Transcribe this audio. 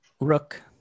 Rook